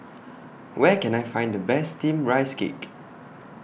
Where Can I Find The Best Steamed Rice Cake